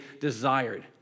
desired